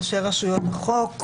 אנשי רשויות החוק,